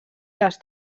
les